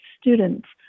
students